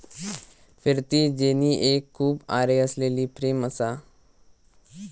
फिरती जेनी एक खूप आरे असलेली फ्रेम असा